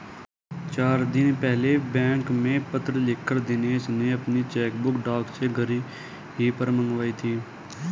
चार दिन पहले बैंक में पत्र लिखकर दिनेश ने अपनी चेकबुक डाक से घर ही पर मंगाई थी